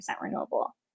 renewable